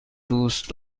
دوست